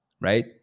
right